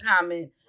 comment